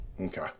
Okay